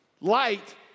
light